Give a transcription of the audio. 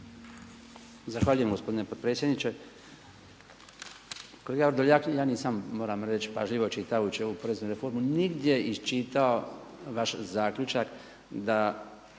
Zahvaljujem gospodine potpredsjedniče. Kolega Vrdoljak ja nisam moram reći pažljivo čitajući ovu poreznu reformu nigdje iščitao vaš zaključak i